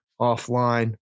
offline